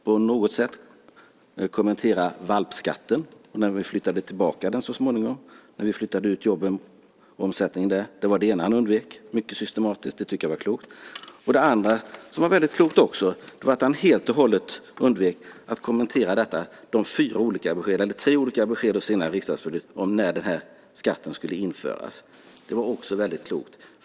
Han undvek att kommentera valpskatten, när vi flyttade tillbaka den så småningom, när vi flyttade ut jobben och omsättningen där. Det var det ena han undvek, mycket systematiskt, och det var klokt. Det andra som var väldigt klokt var att han helt och hållet undvek att kommentera tre olika besked och senare riksdagsbeslut om när den här skatten skulle införas. Det var också väldigt klokt.